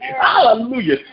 Hallelujah